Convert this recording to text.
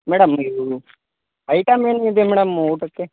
madam ನೀವು item ಏನಿದೆ madam ಊಟಕ್ಕೆ